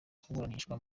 kuburanishwa